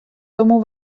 тому